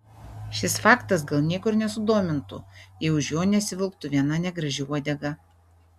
šis faktas gal nieko ir nesudomintų jei už jo nesivilktų viena negraži uodega